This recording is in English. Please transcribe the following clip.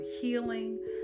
healing